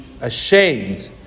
ashamed